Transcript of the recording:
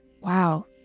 wow